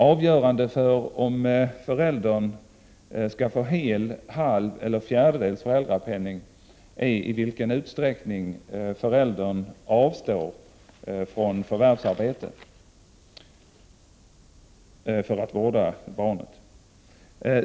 Avgörande för om föräldern skall få hel, halv eller fjärdedels föräldrapenning är i vilken utsträckning föräldern avstår från förvärvsarbete för att vårda barnet.